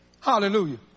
Hallelujah